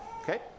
Okay